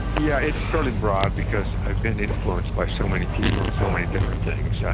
yeah it's fairly broad because i've been influenced by so many people and so many different things. yeah